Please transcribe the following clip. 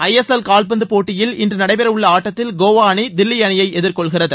ஐ S L கால்பந்து போட்டியில் இன்று நடைபெறவுள்ள ஆட்டத்தில் கோவா அணி தில்லி அணியை எதிர்கொள்கிறது